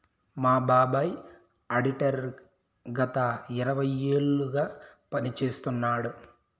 మా బాబాయ్ ఆడిటర్ గత ఇరవై ఏళ్లుగా పని చేస్తున్నాడు